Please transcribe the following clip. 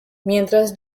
mientras